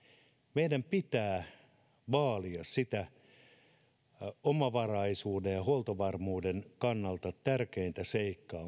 meidän pitää vaalia sitä omavaraisuuden ja huoltovarmuuden kannalta tärkeintä seikkaa